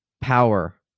power